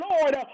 Lord